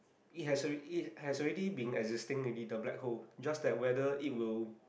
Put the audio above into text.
it has already it has already been existing maybe the black hole just there whether it will